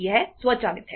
यह स्वचालित है